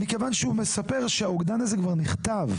מכיוון שהוא מספר שהאוגדן הזה כבר נכתב.